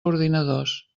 ordinadors